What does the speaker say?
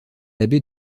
abbé